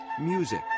music